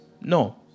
No